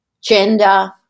gender